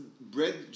bread